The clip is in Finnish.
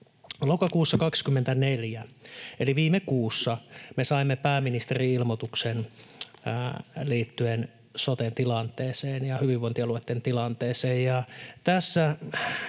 Lokakuussa 24, eli viime kuussa, me saimme pääministerin ilmoituksen liittyen sote-tilanteeseen ja hyvinvointialueitten tilanteeseen,